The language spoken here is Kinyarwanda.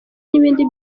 n’ibindi